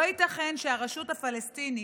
לא ייתכן שהרשות הפלסטינית,